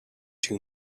too